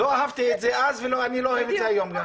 לא אהבתי את זה אז ואני לא אוהב את זה גם היום,